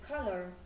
color